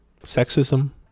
sexism